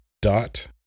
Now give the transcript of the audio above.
Dot